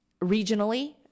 regionally